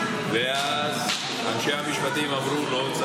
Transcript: ואז אנשי המשפטים אמרו: לא,